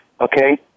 okay